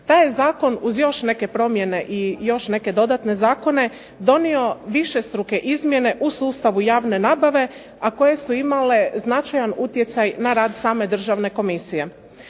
Taj zakon uz neke promjene i još neke dodatne zakone donio višestruke izmjene u sustavu javne nabave, a koje su imale značajan utjecaj na rad same državne komisije.